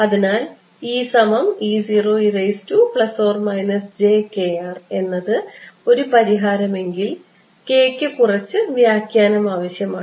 അതിനാൽ എന്നത് ഒരു പരിഹാരമാകുമെങ്കിൽ ക്ക് കുറച്ച് വ്യാഖ്യാനം ആവശ്യമാണ്